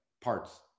parts